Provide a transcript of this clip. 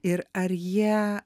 ir ar jie